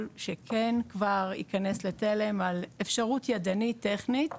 שכן כבר ייכנס לתלם על אפשרות ידנית טכנית,